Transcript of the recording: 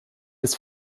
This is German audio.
ist